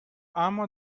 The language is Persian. اما